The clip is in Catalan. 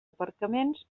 aparcaments